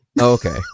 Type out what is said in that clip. okay